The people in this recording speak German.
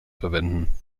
verwenden